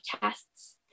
tests